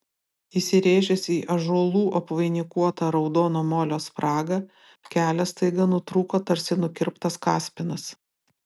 įsirėžęs į ąžuolų apvainikuotą raudono molio spragą kelias staiga nutrūko tarsi nukirptas kaspinas